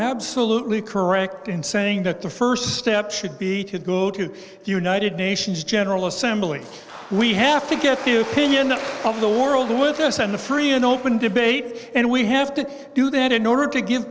absolutely correct in saying that the first step should be to go to the united nations general assembly we have to get to pinion of the world with us and a free and open debate and we have to do that in order to give